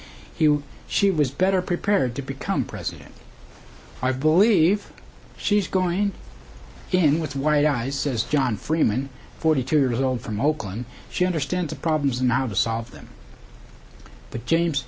would she was better prepared to become president i believe she's going in with wide eyes says john freeman forty two years old from oakland she understands the problems not to solve them but james